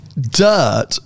dirt